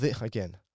again